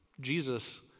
Jesus